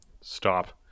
Stop